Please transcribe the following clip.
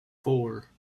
four